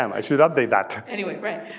um i should update that. anyway, right.